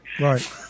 Right